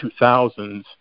2000s